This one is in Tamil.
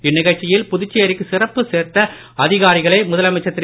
இந்நிகழ்ச்சியில் புதுச்சேரிக்கு சிறப்பு சேர்த்த அதிகாரிகளை முதலமைச்சர் திரு